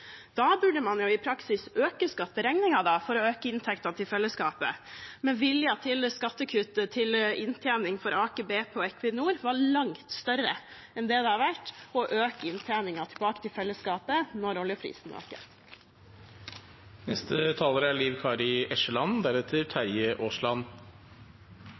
Da burde man i praksis øke skatteregningen for å øke inntektene til fellesskapet, men viljen til skattekutt til inntjening for Aker BP og Equinor var langt større enn den har vært for å øke inntjeningen tilbake til fellesskapet når oljeprisen øker.